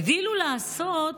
הגדילו לעשות